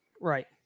right